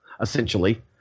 essentially